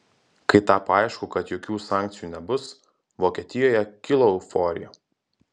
kai tapo aišku kad jokių sankcijų nebus vokietijoje kilo euforija